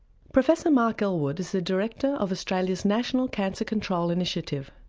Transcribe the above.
professor mark elwood is the director of australia's national cancer control initiative,